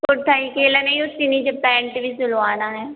कुर्ता ही अकेला नहीं उसके नीचे पैंट भी सिलवाना है